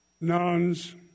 nuns